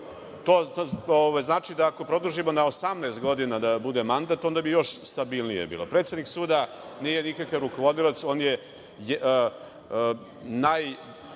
To znači ako produžimo na 18 godina da bude mandat, onda bi još stabilnije bilo. Predsednik suda nije nikakav rukovodilac, on je najbolji